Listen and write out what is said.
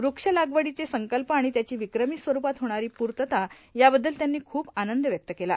व्रक्ष लागवडीचे संकल्प आणि त्याची विक्रमी स्वरूपात होणारी पूर्तता याबद्दल त्यांनी खूप आनंद व्यक्त केला